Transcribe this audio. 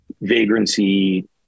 vagrancy